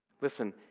Listen